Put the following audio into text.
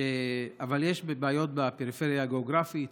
אבל יש בעיות גם בפריפריה הגיאוגרפית,